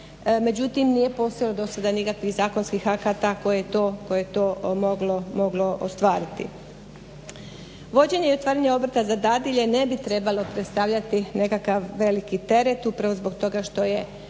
Međutim nije postajao dosad nikakvih zakonskih akata koje je to moglo ostvariti. Vođenje i otvaranje obrta za dadilje ne bi trebalo predstavljati nekakav veliki teret upravo zbog toga što je